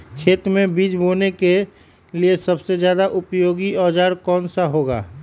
खेत मै बीज बोने के लिए सबसे ज्यादा उपयोगी औजार कौन सा होगा?